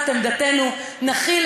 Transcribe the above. מעולם לא הסתרנו את עמדתנו, אין